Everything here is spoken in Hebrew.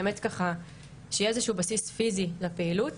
שיהיה איזשהו בסיס פיזי לפעילות.